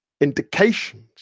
indications